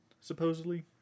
supposedly